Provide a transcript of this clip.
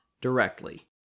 directly